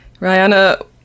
Rihanna